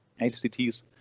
HCTs